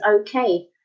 okay